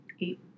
eight